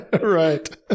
Right